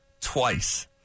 twice